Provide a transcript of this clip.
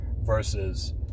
versus